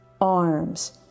arms